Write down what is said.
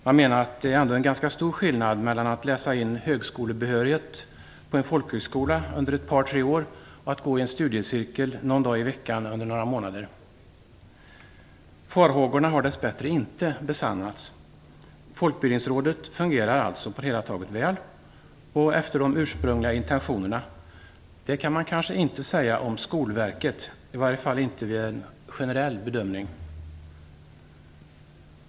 Man menade att det ändå är ganska stor skillnad mellan att läsa in högskolebehörighet på en folkhögskola under ett par tre år och att gå i en studiecirkel någon dag i veckan under några månader. Farhågorna har dess bättre inte besannats. Folkbildningsrådet fungerar alltså på det hela taget väl och efter de ursprungliga intentionerna. Det kan man kanske inte säga om Skolverket, i alla fall inte vid en generell bedömning.